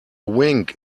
wink